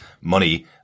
money